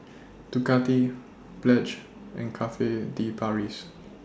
Ducati Pledge and Cafe De Paris